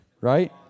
right